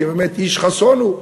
כי באמת איש חסון הוא.